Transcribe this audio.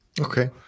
Okay